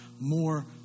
more